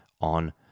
on